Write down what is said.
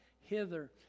hither